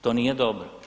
To nije dobro.